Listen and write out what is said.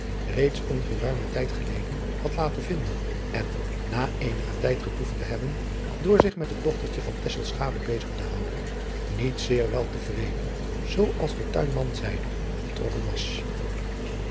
reeds een geruimen tijd geleden had laten vinden en na eenigen tijd getoefd te hebben door zich met het dochtertje van tesselschade bezig te houden niet zeer wel te vreden zoo als de tuinman zeide vertrokken was